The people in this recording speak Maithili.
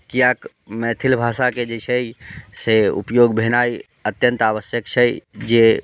किएक मैथिली भाषाके जे छै से उपयोग भेनाइ अत्यन्त आवश्यक छै जे